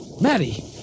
Maddie